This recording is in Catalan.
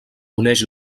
uneix